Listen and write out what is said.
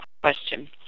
question